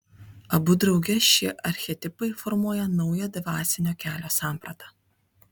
abu drauge šie archetipai formuoja naują dvasinio kelio sampratą